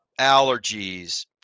allergies